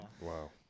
Wow